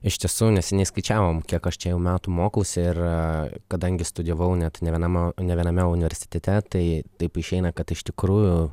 iš tiesų neseniai skaičiavom kiek aš čia jau metų mokausi ir kadangi studijavau net ne viename ne viename universitete tai taip išeina kad iš tikrųjų